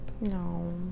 No